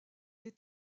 est